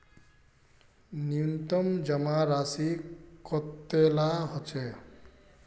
न्यूनतम जमा राशि कतेला होचे?